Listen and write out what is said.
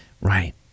Right